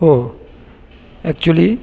हो अक्च्युली